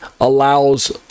allows